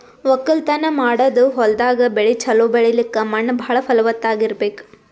ವಕ್ಕಲತನ್ ಮಾಡದ್ ಹೊಲ್ದಾಗ ಬೆಳಿ ಛಲೋ ಬೆಳಿಲಕ್ಕ್ ಮಣ್ಣ್ ಭಾಳ್ ಫಲವತ್ತಾಗ್ ಇರ್ಬೆಕ್